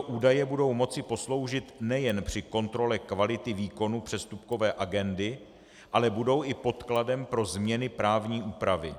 Tyto údaje budou moci posloužit nejen při kontrole kvality výkonu přestupkové agendy, ale budou i podkladem pro změny právní úpravy.